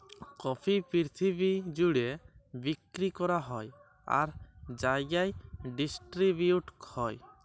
coffee পিরথিবি জ্যুড়ে বিক্কিরি ক্যরা হ্যয় আর জায়গায় ডিসটিরিবিউট হ্যয়